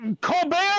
Colbert